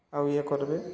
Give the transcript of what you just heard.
ଆଉ ଇଏ କର୍ବେ